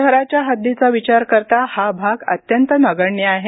शहराच्या हद्दीचा विचार करता हा भाग अत्यंत नगण्य आहे